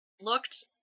looked